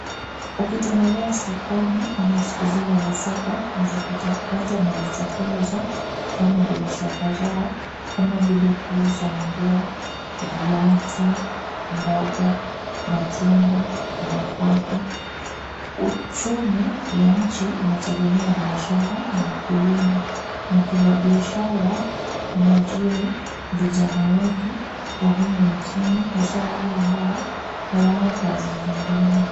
Ukiitembelea sokoni ama siku zile za soko utapata watu wanajitokeza kufanya biashara zao kama vile kuuza nguo, viatu, mboga, matunda nafaka. Uchumi ya nchi inategemea biashara na ukulima na pia biashara umeajiri vijana wengi wa humu nchini haswa wale ambao hawana kazi zingine.